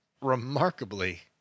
remarkably